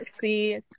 see